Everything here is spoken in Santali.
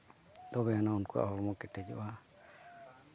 ᱛᱚᱵᱮ ᱟᱱᱟᱜ ᱩᱱᱠᱩᱣᱟᱜ ᱦᱚᱲᱢᱚ ᱠᱮᱴᱮᱡᱚᱜᱼᱟ